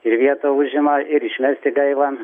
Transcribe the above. ir vietą užima ir išmesti gaila